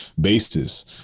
basis